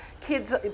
kids